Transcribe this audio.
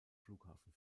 flughafen